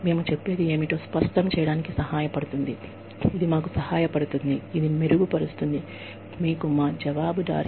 మేము చెప్పేది స్పష్టం చేయడానికి ఇది మాకు సహాయపడుతుందని మీకు తెలుసా